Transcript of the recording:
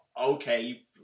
okay